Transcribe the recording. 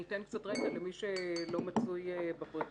אני אתן קצת רקע למי שלא מצוי בפרטים.